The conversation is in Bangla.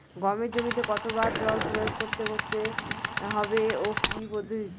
গমের জমিতে কতো বার জল প্রয়োগ করতে হবে ও কি পদ্ধতিতে?